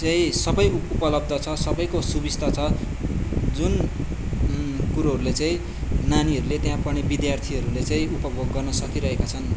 चाहिँ सबै उपलब्ध छ सबैको सुविस्ता छ जुन कुरोहरूले चाहिँ नानीहरूले त्यहाँ पढ्ने विधार्थीहरूले चाहिँ उपभोग गर्न सकिरहेका छन्